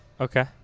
Okay